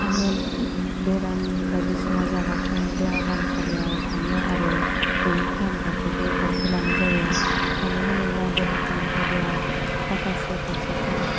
आङो बेराम बायदिसिना जाबाथाय देहा फाहामसालियाव थाङो आरो न'नि फाहामथाइखौबो खावसे लानाय जायो मानो होनोब्ला देहा फाहामसालियाव माखासे खावसेखौ